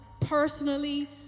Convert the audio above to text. personally